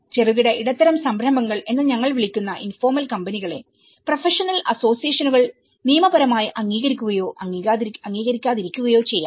ചെറുകിട ഇടത്തരം സംരംഭങ്ങൾ എന്ന് ഞങ്ങൾ വിളിക്കുന്ന ഇൻഫോർമൽ കമ്പനികളെ പ്രൊഫഷണൽ അസോസിയേഷനുകൾ നിയമപരമായി അംഗീകരിക്കുകയോ അംഗീകരിക്കാതിരിക്കുകയോ ചെയ്യാം